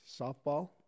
softball